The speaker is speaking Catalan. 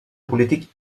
polític